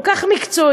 כל כך מקצועי,